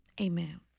Amen